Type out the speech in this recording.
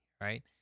right